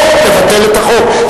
או לבטל את החוק,